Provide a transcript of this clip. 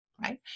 right